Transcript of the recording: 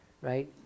right